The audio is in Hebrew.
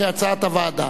כהצעת הוועדה.